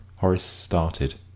horace started.